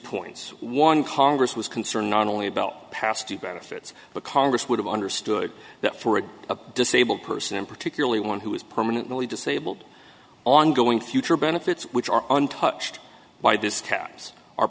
points one congress was concerned not only about past the benefits but congress would have understood that for a disabled person particularly one who is permanently disabled ongoing future benefits which are untouched by this ties are